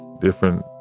different